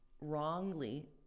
wrongly